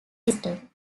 system